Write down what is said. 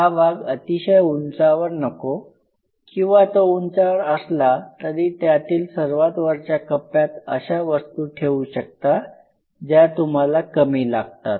हा भाग अतिशय उंचावर नको किंवा तो उंचावर असला तरी त्यातील सर्वात वरच्या कप्प्यात अशा वस्तू ठेवू शकता ज्या तुम्हाला कमी लागतात